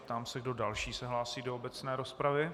Ptám se, kdo další se hlásí do obecné rozpravy.